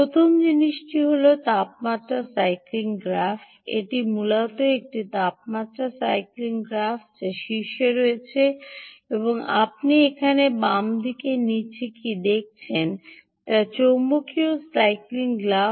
প্রথম জিনিসটি হল তাপমাত্রা সাইক্লিং গ্রাফ এটি মূলত এটি তাপমাত্রা সাইক্লিং গ্রাফ যা শীর্ষে রয়েছে এবং আপনি এখানে বাম দিকে নীচে কী দেখছেন তা চৌম্বকীয় সাইক্লিং গ্রাফ